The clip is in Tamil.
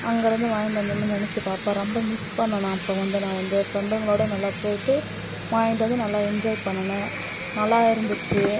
அங்கே இருந்து வாங்கிட்டு வந்தோமேன்னு நினச்சு பார்ப்பேன் ரொம்ப மிஸ் பண்ணுனேன் நான் அப்போ வந்து நான் வந்து ஃப்ரெண்டுங்களோட நல்லா போய்ட்டு வாங்கிட்டு வந்து நல்லா என்ஜாய் பண்ணுனேன் நல்லா இருந்துச்சு